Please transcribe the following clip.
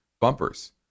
bumpers